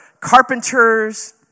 carpenters